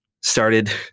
started